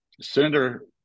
Senator